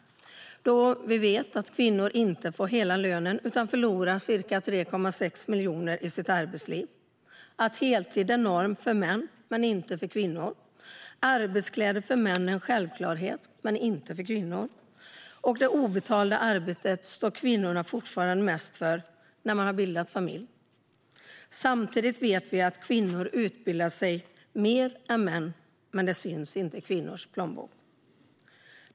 Vi vet nämligen att kvinnor inte får hela lönen utan förlorar ca 3,6 miljoner under sitt arbetsliv. Vi vet att heltid är norm för män men inte för kvinnor. Vi vet att arbetskläder för män är en självklarhet men att det inte är det för kvinnor. Vi vet att kvinnorna fortfarande står för det mesta av det obetalda arbetet när man har bildat familj. Samtidigt vet vi att kvinnor utbildar sig mer än män men att det inte syns i kvinnors plånbok.